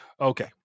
Okay